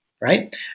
right